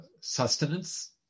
sustenance